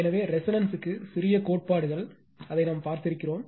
எனவே ரெசோனன்ஸ் க்கு சிறிய கோட்பாடுகள் அதை நாம் பார்த்திருக்கிறோம்